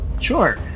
Sure